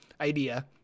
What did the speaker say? idea